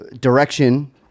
direction